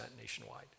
nationwide